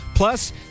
Plus